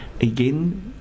again